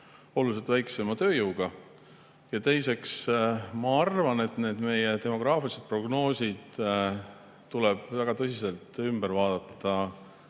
oluliselt väiksema tööjõuga. Teiseks, ma arvan, et need meie demograafilised prognoosid tuleb väga tõsiselt ümber vaadata